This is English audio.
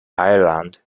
ireland